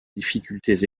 difficultés